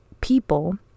people